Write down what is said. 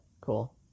Cool